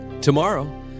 Tomorrow